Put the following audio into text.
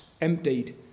emptied